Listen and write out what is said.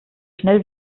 schnell